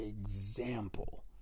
example